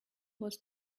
was